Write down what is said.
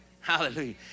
Hallelujah